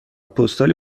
پستالی